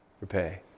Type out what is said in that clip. repay